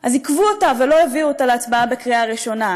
עיכבו אותה ולא הביאו אותה להצבעה בקריאה ראשונה,